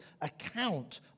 account